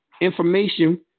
information